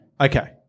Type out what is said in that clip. Okay